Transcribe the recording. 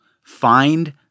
Find